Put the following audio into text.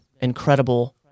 incredible